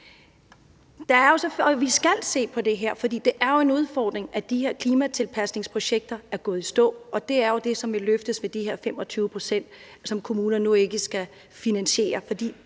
Vi skal se på det her, for det er jo en udfordring, at de her klimatilpasningsprojekter er gået i stå, og det er jo det, som løftes med de her 25 pct., som kommunerne nu ikke skal finansiere,